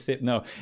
no